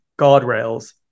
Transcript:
guardrails